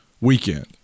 weekend